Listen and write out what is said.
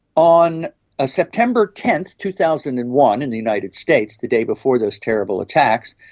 on ah september ten, two thousand and one in the united states, the day before those terrible attacks,